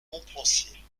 montpensier